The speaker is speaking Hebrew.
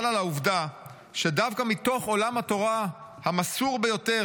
אבל על העובדה שדווקא מתוך עולם התורה המסור ביותר,